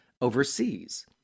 overseas